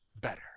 better